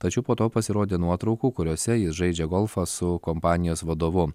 tačiau po to pasirodė nuotraukų kuriose jis žaidžia golfą su kompanijos vadovu